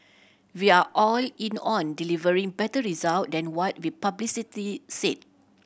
we are all in on delivering better result than what we've publicity said